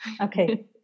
Okay